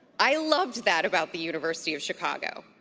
i loved that about the university of chicago.